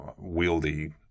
wieldy